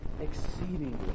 exceedingly